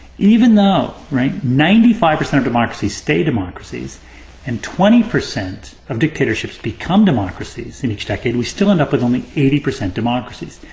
even though, right, ninety five percent of democracies stay democracies and twenty percent of dictatorships become democracies in each decade, we still end up with only eighty percent democracies.